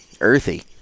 earthy